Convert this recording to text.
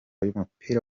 yumupira